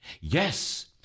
Yes